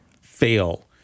fail